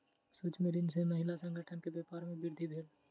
सूक्ष्म ऋण सॅ महिला संगठन के व्यापार में वृद्धि भेल